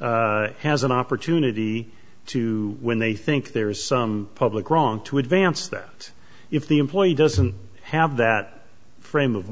has an opportunity to when they think there is some public wrong to advance that if the employee doesn't have that frame of